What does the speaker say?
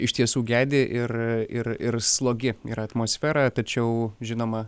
iš tiesų gedi ir ir ir slogi yra atmosfera tačiau žinoma